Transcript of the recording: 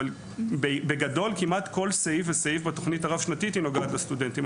אבל בגדול כמעט כל סעיף וסעיף בתוכנית הרב-שנתית נוגע בסטודנטים.